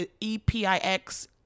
E-P-I-X